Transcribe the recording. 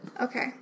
Okay